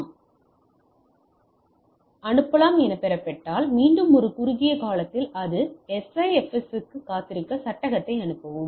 ஆம் எனப் பெறப்பட்டால் மீண்டும் ஒரு குறுகிய காலத்திற்கு அல்லது SIFS க்கு காத்திருந்து சட்டகத்தை அனுப்பவும்